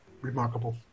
remarkable